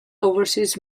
overseas